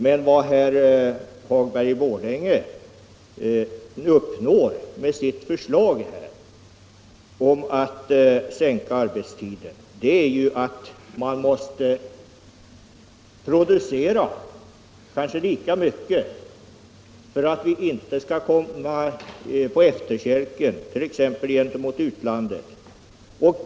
Men vad herr Hagberg i Borlänge uppnår med sitt förslag om att sänka arbetstiden är att man på kortare tid måste producera kanske lika mycket som förut för att vi inte skall komma på efterkälken, t.ex. gentemot utlandet.